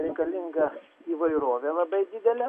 reikalinga įvairovė labai didelė